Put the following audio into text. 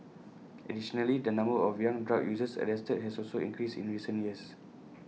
additionally the number of young drug users arrested has also increased in recent years